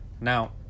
Now